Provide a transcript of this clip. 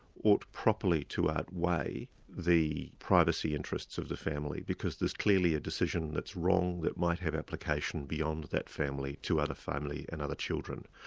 ought properly to outweigh the privacy interests of the family, because there's clearly a decision that's wrong, that might have application beyond that family to other families and other children.